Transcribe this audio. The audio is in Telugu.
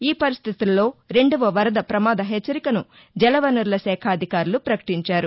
ఈ పరిస్టితుల్లో రెండవ వరద పమాద హెచ్చరికను జలవనరుల శాఖ అధికారులు ప్రకటించారు